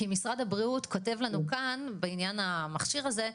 כי משרד הבריאות כותב לנו כאן בעניין המכשיר הזה,